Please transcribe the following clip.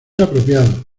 apropiado